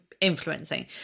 influencing